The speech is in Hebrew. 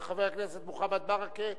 חבר הכנסת מוחמד ברכה,